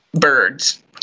Birds